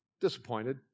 Disappointed